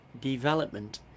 development